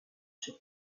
sur